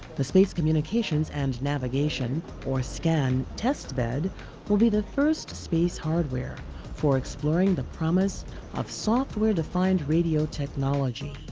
the space communications and navigation, or scan test bed will be the first space hardware for exploring the promise of software-defined radio technology.